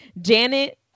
Janet